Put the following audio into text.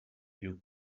you